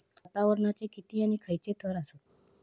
वातावरणाचे किती आणि खैयचे थर आसत?